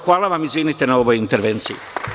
Hvala vam i izvinite na ovoj intervenciji.